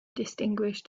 distinguished